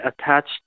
attached